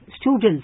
students